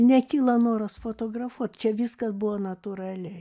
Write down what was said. nekyla noras fotografuot čia viskas buvo natūraliai